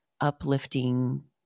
uplifting